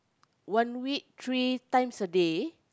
one week three times a day